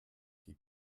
die